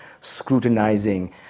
scrutinizing